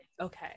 Okay